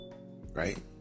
Right